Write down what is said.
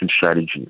strategy